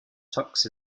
tux